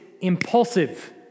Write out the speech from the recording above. impulsive